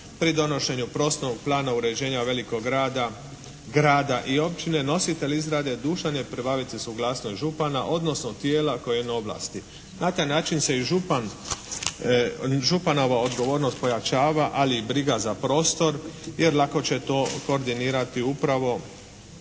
pri donošenju prostornog plana uređenja velikog grada i općine, nositelj izrade dužan je pribaviti suglasnost župana odnosno tijela koje je na ovlasti. Na taj način se i župan, županova odgovornost pojačava ali i briga za prostor jer lako će to koordinirati upravo